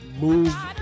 move